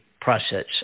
process